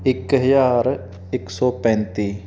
ਇੱਕ ਹਜ਼ਾਰ ਇੱਕ ਸੌ ਪੈਂਤੀ